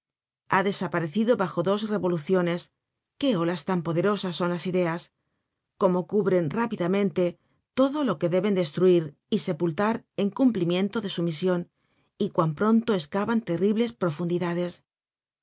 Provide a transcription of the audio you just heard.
ha desaparecido bajo dos revoluciones qué olas tan poderosas son las ideas cómo cubren rápidamente todo lo que deben destruir y sepultar en cumplimiento de su mision y cuán pronto escavan terribles profundidades